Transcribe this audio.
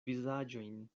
vizaĝojn